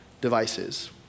devices